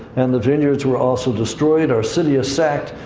and the vineyards were also destroyed. our city is sacked.